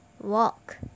Walk